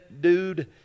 dude